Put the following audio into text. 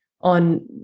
on